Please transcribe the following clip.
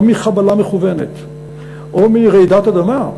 או מחבלה מכוונת או מרעידת אדמה,